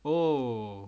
oh